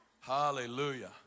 Hallelujah